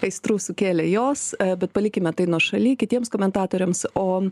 aistrų sukėlė jos bet palikime tai nuošaly kitiems komentatoriams o